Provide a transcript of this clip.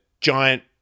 giant